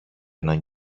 έναν